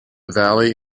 valley